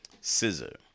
scissor